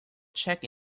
check